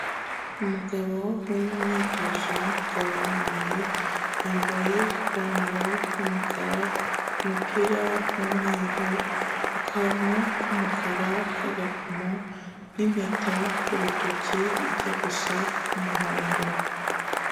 Umugabo uri mu myitozo ngororamubiri yambaye ipantaro y'umukara, umupira w'umweru, akantu k'umukara k'agakomo n'impeta ku rutoki ijya gusa umuhondo.